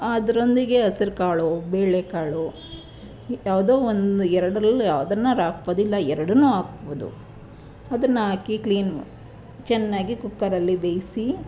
ಅದರೊಂದಿಗೆ ಹಸಿರುಕಾಳು ಬೇಳೆಕಾಳು ಯಾವುದೋ ಒಂದು ಎರಡರಲ್ಲಿ ಯಾವುದನ್ನಾದ್ರು ಹಾಕ್ಬೋದು ಇಲ್ಲ ಎರಡನ್ನೂ ಹಾಕ್ಬೋದು ಅದನ್ನು ಹಾಕಿ ಕ್ಲೀನ್ ಚೆನ್ನಾಗಿ ಕುಕ್ಕರಲ್ಲಿ ಬೇಯಿಸಿ